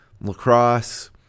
lacrosse